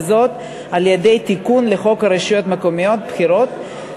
וזאת על-ידי תיקון לחוק הרשויות המקומיות (בחירות),